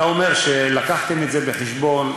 אתה אומר שלקחתם את זה בחשבון,